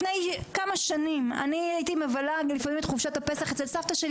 לפני כמה שנים אני הייתי מבלה ולפעמים את חופשת הפסח אצל סבתא שלי